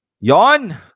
Yon